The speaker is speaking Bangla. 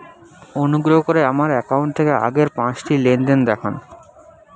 অনুগ্রহ করে আমার অ্যাকাউন্ট থেকে আগের পাঁচটি লেনদেন দেখান